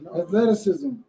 athleticism